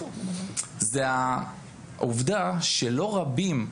זו העובדה שלא רבים,